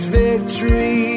victory